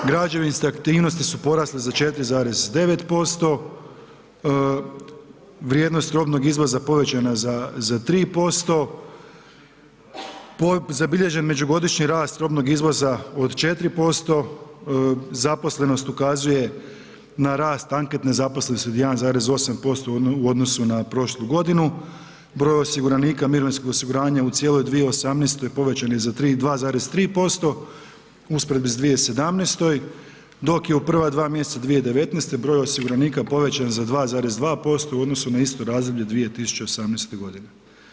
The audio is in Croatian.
Građevinske aktivnosti su porasle za 4,9%, vrijednost robnog iznosa je povećana za 3%, zabilježen međugodišnji rast robnog izvoza od 4%, zaposlenost ukazuje na rast anketne zaposlenosti 1,8% u odnosu na prošlu godinu, broj osiguranika mirovinskog osiguranja u cijeloj 2018. povećan je za 2,3% u usporedbi s 2017., dok u prva dva mjeseca 2019. broj osiguranika povećan za 2,2% u odnosu na isto razdoblje 2018. godine.